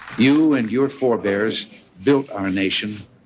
you and your forebears built our nation.